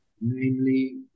namely